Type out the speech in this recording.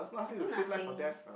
I think nothing eh